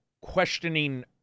questioning